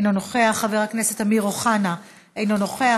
אינו נוכח,